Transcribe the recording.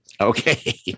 Okay